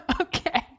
okay